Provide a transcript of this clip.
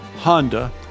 Honda